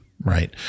Right